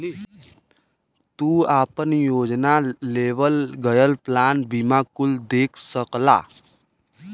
तू आपन योजना, लेवल गयल प्लान बीमा कुल देख सकला